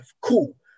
Cool